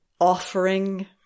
Offering